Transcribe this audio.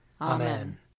Amen